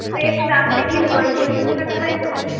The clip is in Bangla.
ওই একটু দাম দেখি নেব ওই তিরিশ হাজার টাকাটাই নেব